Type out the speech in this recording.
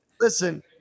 Listen